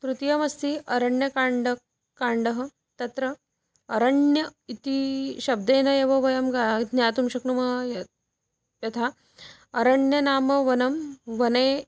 तृतीयमस्ति अरण्यकाण्डं काण्डं तत्र अरण्यमिति शब्देन एव वयं गा ज्ञातुं शक्नुमः यत् यथा अरण्यं नाम वनं वने